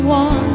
one